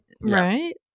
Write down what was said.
right